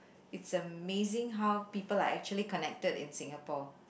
it's amazing how people are actually connected in Singapore